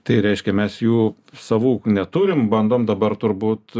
tai reiškia mes jų savų neturim bandom dabar turbūt